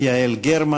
יעל גרמן.